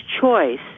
choice